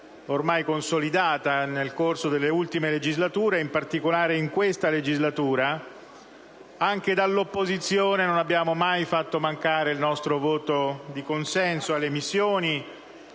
ormai consolidata nel corso delle ultime legislature, in particolare in questa. Anche dall'opposizione non abbiamo mai fatto mancare il nostro voto di consenso alle missioni,